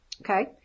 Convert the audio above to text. Okay